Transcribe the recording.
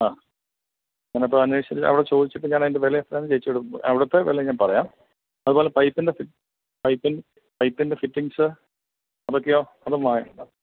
ആ ഞാൻ എന്നാൽ അപ്പോൾ അന്വേഷിച്ചിട്ട് അവിടെ ചോദിച്ചിട്ട് ഞാൻ അതിൻ്റെ വില എത്രയാണെന്ന് ചേച്ചിയോട് അവിടുത്തെ വില ഞാൻ പറയാം അതുപോലെ പൈപ്പിൻ പൈപ്പിൻ്റെ ഫിറ്റിങ്സ് അതൊക്കെയോ അതും